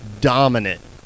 dominant